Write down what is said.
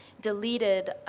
deleted